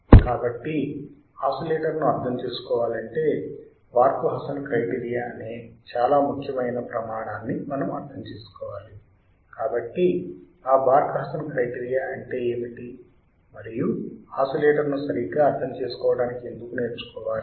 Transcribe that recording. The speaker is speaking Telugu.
కాబట్టి ఆసిలేటర్ను అర్థం చేసుకోవాలంటే బార్క్ హాసన్ క్రైటీరియా అనే చాలా ముఖ్యమైన ప్రమాణాన్ని మనం అర్థం చేసుకోవాలి కాబట్టి ఆ బార్క్ హాసన్ క్రైటీరియా అంటే ఏమిటి మరియు ఆసిలేటర్ను సరిగ్గా అర్థం చేసుకోవడాని ఎందుకు నేర్చుకోవాలి